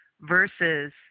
versus